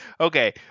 Okay